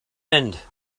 end